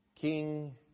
King